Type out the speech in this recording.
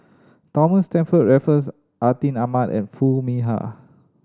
Thomas Stamford Raffles Atin Amat and Foo Mee Har